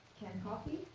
coffee